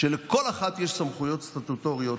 לכל אחד יש סמכויות סטטוטוריות,